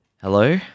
hello